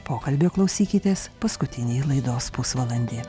pokalbio klausykitės paskutinį laidos pusvalandį